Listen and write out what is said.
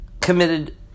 committed